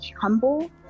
humble